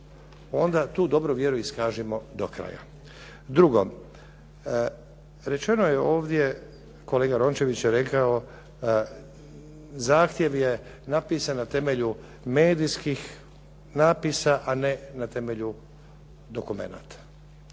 onda tu dobru vjeru iskažimo do kraja. Drugo. Rečeno je ovdje, kolega Rončević je rekao zahtjev je napisan na temelju medijskih napisa, a ne na temelju dokumenata.